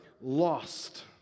lost